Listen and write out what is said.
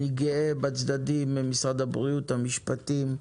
אני גאה בצדדים ממשרד הבריאות, המשפטים,